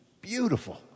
beautiful